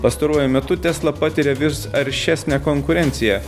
pastaruoju metu tesla patiria vis aršesnę konkurenciją